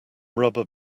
rubber